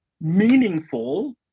meaningful